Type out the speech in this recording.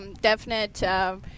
Definite